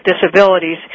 disabilities